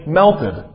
melted